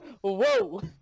Whoa